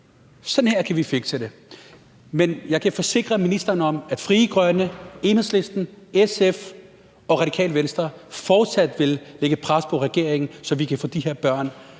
kan vi fikse det. Men jeg kan forsikre ministeren om, at Frie Grønne, Enhedslisten, SF og Radikale Venstre fortsat vil lægge et pres på regeringen, så vi kan få de her børn